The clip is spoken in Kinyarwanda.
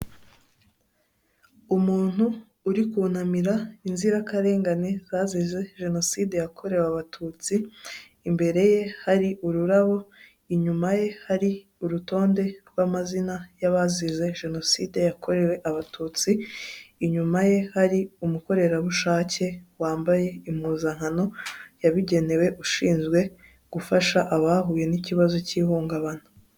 Umuntu uri kunamira inzirakarengane zazize jenoside yakorewe abatutsi imbere ye hari ururabo, inyuma ye hari urutonde rw'amazina y'abazize jenoside yakorewe abatutsi, inyuma ye hari umukorerabushake wambaye impuzankano yabigenewe ushinzwe gufasha abahuye n ikibazo cy'ihungabana.